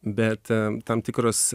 bet tam tikros